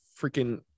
freaking